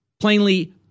plainly